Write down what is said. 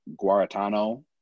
Guaratano